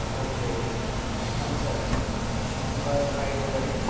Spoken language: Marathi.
हां ओके ओके थम्सप किंवा स्प्राईट वगैरे